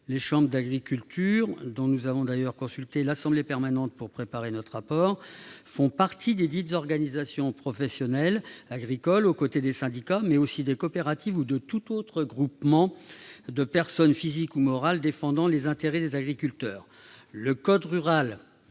Les chambres d'agriculture, dont nous avons d'ailleurs consulté l'assemblée permanente pour préparer notre rapport, font partie desdites organisations professionnelles agricoles aux côtés des syndicats, mais aussi des coopératives ou de tout autre groupement de personnes physiques ou morales défendant les intérêts des agriculteurs. Le code rural